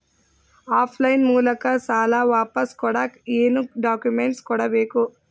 Of line ಮೂಲಕ ಸಾಲ ವಾಪಸ್ ಕೊಡಕ್ ಏನು ಡಾಕ್ಯೂಮೆಂಟ್ಸ್ ಕೊಡಬೇಕು?